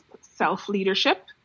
self-leadership